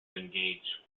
engage